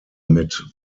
mit